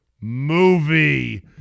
movie